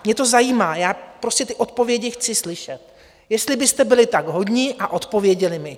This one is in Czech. Mě to zajímá, já prostě ty odpovědi chci slyšet, jestli byste byli tak hodní a odpověděli mi.